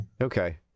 Okay